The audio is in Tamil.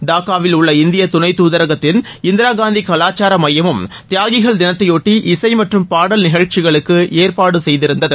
டாக்காவில் உள்ள இந்திய துணை துதரகத்தின் இந்திராகாந்தி காவாச்சார மையமும் தியாகிகள் தினத்தை ஒட்டி இசை மற்றும் பாடல் நிகழ்ச்சிகளுக்கு ஏற்பாடு செய்திருந்தது